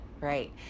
right